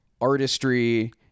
artistry